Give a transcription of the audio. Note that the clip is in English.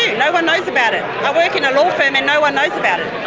no one knows about it. i work in a law firm and no one knows about it.